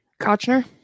Kochner